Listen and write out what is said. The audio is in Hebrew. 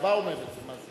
בגאווה אומר את זה.